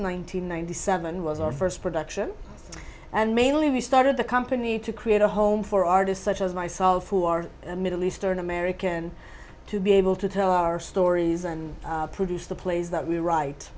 hundred ninety seven was our first production and mainly we started the company to create a home for artists such as myself who are middle eastern american to be able to tell our stories and produce the plays that we